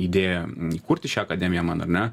idėja įkurti šią akademiją man ar ne